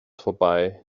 vorbei